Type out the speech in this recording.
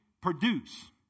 produce